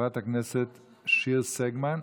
חברת הכנסת שיר סגמן,